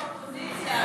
אנחנו באופוזיציה,